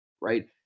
right